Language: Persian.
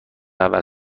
اول